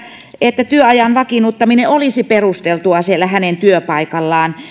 että työajan vakiinnuttaminen olisi perusteltua siellä hänen työpaikallaan ja